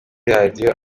radio